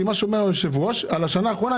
כי מה שאומר היושב-ראש על השנה האחרונה,